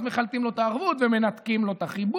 אז מחלטים לו את הערבות ומנתקים לו את החיבור,